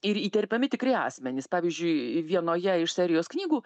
ir įterpiami tikri asmenys pavyzdžiui vienoje iš serijos knygų